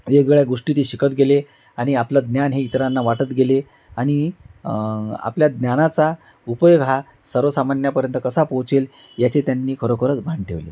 वेगवेगळ्या गोष्टी ते शिकत गेले आणि आपलं ज्ञान हे इतरांना वाटत गेले आणि आपल्या ज्ञानाचा उपयोग हा सर्वसामान्यापर्यंत कसा पोचेल याचे त्यांनी खरोखरच भान ठेवले